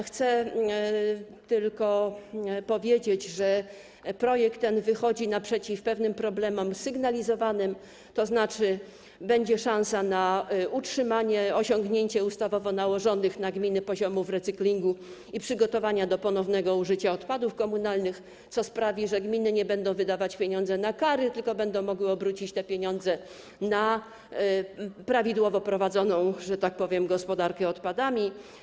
Chcę tylko powiedzieć, że ten projekt wychodzi naprzeciw pewnym problemom sygnalizowanym, tzn. będzie szansa na utrzymanie, osiągnięcie ustawowo nałożonych na gminy poziomów recyklingu i przygotowania do ponownego użycia odpadów komunalnych, co sprawi, że gminy nie będą wydawać pieniędzy na kary, tylko będą mogły obrócić te pieniądze na prawidłowo prowadzoną, że tak powiem, gospodarkę odpadami.